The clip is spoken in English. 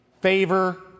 favor